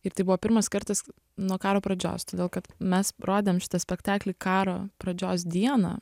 ir tai buvo pirmas kartas nuo karo pradžios todėl kad mes rodėm šitą spektaklį karo pradžios dieną